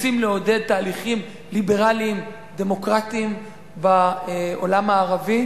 רוצים לעודד תהליכים ליברליים דמוקרטיים בעולם הערבי.